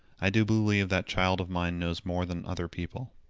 i do believe that child of mine knows more than other people.